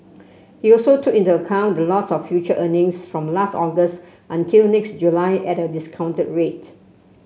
he also took into account the loss of future earnings from last August until next July at a discounted rate